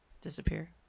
Disappear